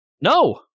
no